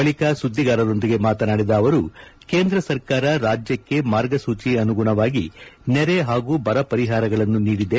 ಬಳಿಕ ಸುದ್ದಿಗಾರರೊಂದಿಗೆ ಮಾತನಾಡಿದ ಅವರು ಕೇಂದ್ರ ಸರ್ಕಾರ ರಾಜ್ಯಕ್ಷೆ ಮಾರ್ಗಸೂಚಿ ಅನುಗುಣವಾಗಿ ನೆರೆ ಹಾಗೂ ಬರ ಪರಿಹಾರಗಳನ್ನು ನೀಡಿದೆ